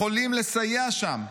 יכולים לסייע שם.